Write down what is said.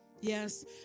Yes